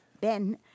Ben